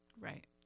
Right